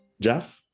Jeff